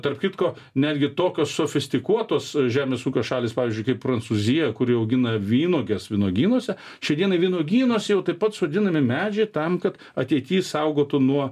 tarp kitko netgi tokios sofistikuotos žemės ūkio šalys pavyzdžiui kaip prancūzija kuri augina vynuoges vynuogynuose šiai dienai vynuogynuos jau taip pat sodinami medžiai tam kad ateity saugotų nuo